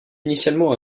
initialement